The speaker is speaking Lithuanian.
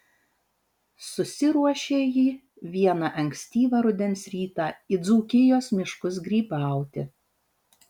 susiruošė ji vieną ankstyvą rudens rytą į dzūkijos miškus grybauti